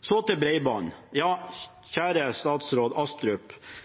Så til bredbånd: Kjære statsråd Astrup